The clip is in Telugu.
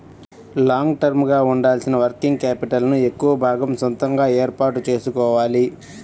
లాంగ్ టర్మ్ గా ఉండాల్సిన వర్కింగ్ క్యాపిటల్ ను ఎక్కువ భాగం సొంతగా ఏర్పాటు చేసుకోవాలి